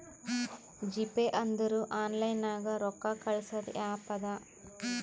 GPay ಅಂದುರ್ online ನಾಗ್ ರೊಕ್ಕಾ ಕಳ್ಸದ್ ಆ್ಯಪ್ ಅದಾ